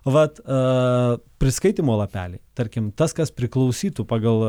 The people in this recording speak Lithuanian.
vat priskaitymo lapeliai tarkim tas kas priklausytų pagal